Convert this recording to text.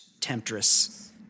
Temptress